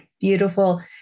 Beautiful